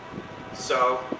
so,